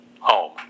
home